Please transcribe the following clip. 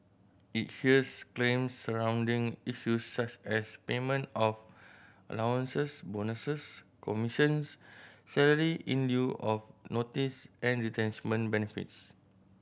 it hears claims surrounding issues such as payment of allowances bonuses commissions salary in lieu of notice and retrenchment benefits